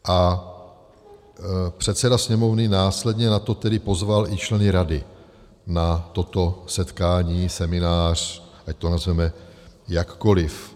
A předseda Sněmovny následně nato tedy pozval i členy rady na toto setkání, seminář, ať to nazveme jakkoliv.